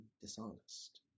dishonest